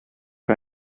bij